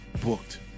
booked